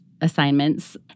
assignments